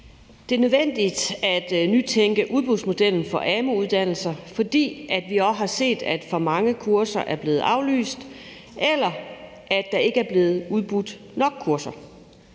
Det er nødvendigt at nytænke udbudsmodellen for amu-uddannelser, fordi vi har set, at for mange kurser er blevet aflyst, eller at der ikke er blevet udbudt nok kurser.